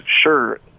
Sure